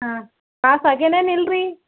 ಹಾಂ ಪಾಸ್ ಅಗ್ಯಾನ ಏನು ಇಲ್ಲ ರಿ